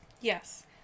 yes